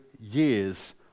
years